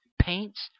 paints